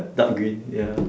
dark green ya